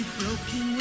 broken